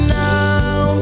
now